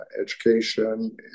education